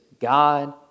God